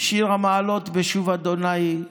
בשיר המעלות: "בשוב ה'